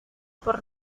por